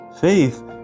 faith